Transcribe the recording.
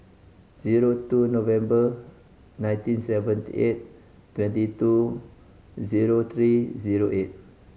zero two November nineteen seventy eight twenty two zero three zero eight